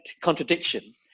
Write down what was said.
contradiction